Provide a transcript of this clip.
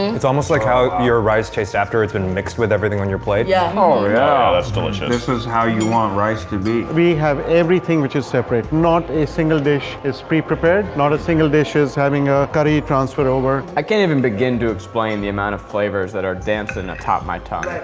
it's almost like how your rice tastes after it's been mixed with everything on your plate. yeah. oh yeah! that's delicious. this is how you want rice to be. we have everything which is separate, not a single dish is pre-prepared, not a single dish is having to ah carry, transfer over. i can't even begin to explain the amount of flavors that are dancing atop my tongue.